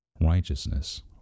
righteousness